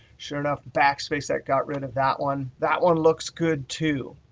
sure enoughh backspace that got rid of that one. that one looks good too.